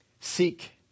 Seek